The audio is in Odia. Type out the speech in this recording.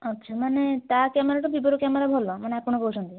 ଆଚ୍ଛା ମାନେ ତା' କ୍ୟାମେରାଟା ଭିବୋର କ୍ୟାମେରା ଭଲ ମାନେ ଆପଣ କହୁଛନ୍ତି